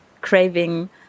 craving